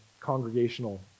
congregational